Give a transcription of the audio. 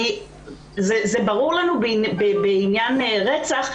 זה ברור לנו בעניין רצח.